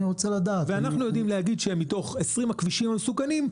אנחנו יודעים להגיד שמתוך 20 הכבישים המסוכנים,